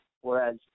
Whereas